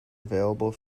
available